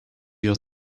your